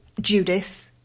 Judith